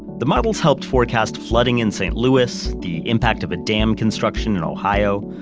the models helped forecast flooding in saint louis, the impact of a dam construction in ohio,